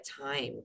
time